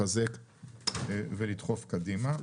לחזק ולדחוף קדימה.